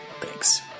Thanks